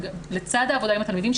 לצד העבודה עם התלמידים,